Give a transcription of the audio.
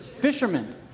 Fishermen